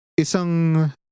isang